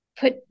put